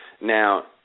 Now